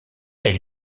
elle